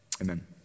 amen